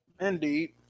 indeed